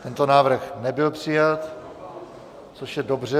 Tento návrh nebyl přijat, což je dobře.